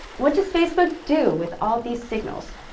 what does facebook do with all these signals?